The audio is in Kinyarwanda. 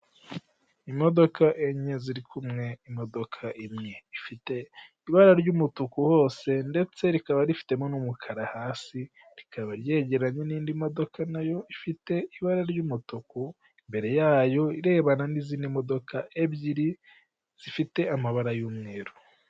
Imodoka enye ziri kumwe. Imodoka imwe ifite ibara ry'umutuku hose ndetse rikaba rifitemo n'umukara hasi, ikaba yegeranye n'indi modoka nayo ifite ibara ry'umutuku, imbere yayo irebana n'izindi modoka ebyiri zifite amabara y'umweru.